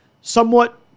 somewhat